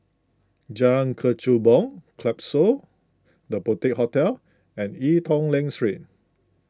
Jalan Kechubong Klapsons the Boutique Hotel and Ee Teow Leng street